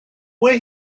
where